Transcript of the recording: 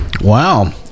Wow